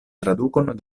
tradukon